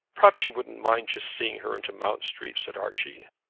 perhaps you wouldn't mind just seeing her into mount street, said archie.